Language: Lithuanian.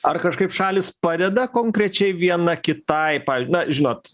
ar kažkaip šalys padeda konkrečiai viena kitai na žinot